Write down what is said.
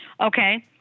okay